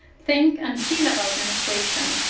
think and feel about menstruation.